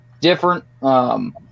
different